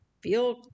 feel